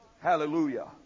Hallelujah